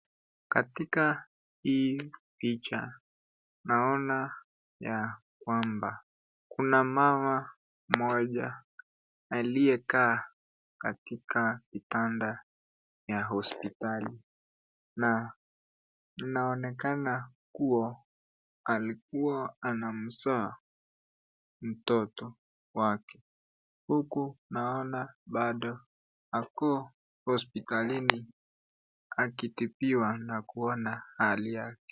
Katika hii picha ninaona ya kwamba kuna mama mmoja aliyekaa katika kitanda ya hospitali na inaonekana kuwa alikuwa anamzaa mtoto wake huku naona bado ako hospitalini akitibiwa na kuwa na hali yake.